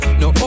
no